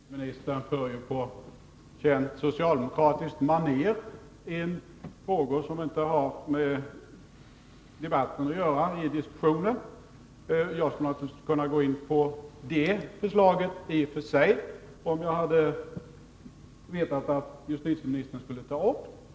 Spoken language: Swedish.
Herr talman! Justitieministern för på känt socialdemokratiskt manér i diskussionen in frågor som inte har med debatten att göra. Jag skulle naturligtvis i och för sig kunna gå in på detta förslag, om jag hade vetat att justitieministern skulle ta upp det.